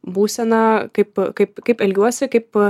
būsena kaip kaip kaip elgiuosi kaip